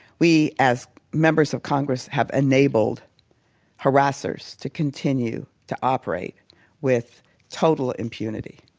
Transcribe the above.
we, as members of congress, have enabled harassers to continue to operate with total impunity.